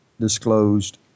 disclosed